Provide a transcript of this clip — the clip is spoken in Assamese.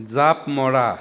জাঁপ মৰা